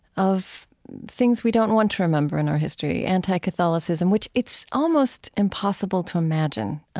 of things we don't want to remember in our history, anti-catholicism which it's almost impossible to imagine,